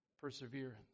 perseverance